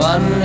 One